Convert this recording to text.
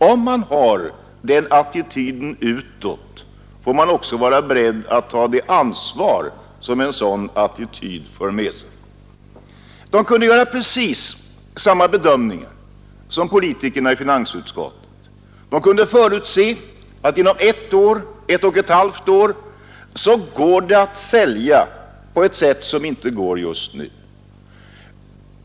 — Om man har den attityden utåt får man också vara beredd att ta det ansvar som en sådan attityd för med sig. Näringslivets företrädare kunde göra precis samma bedömningar som politikerna i finansutskottet. De kunde förutse att det inom ett eller ett och ett halvt år skulle gå att sälja på ett sätt som inte gick just då.